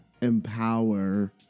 empower